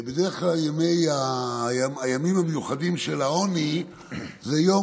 בדרך כלל הימים המיוחדים של העוני זה יום